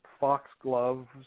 foxgloves